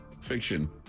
fiction